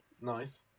Nice